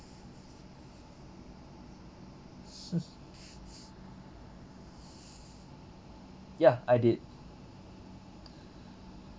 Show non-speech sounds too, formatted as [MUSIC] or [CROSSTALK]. [LAUGHS] ya I did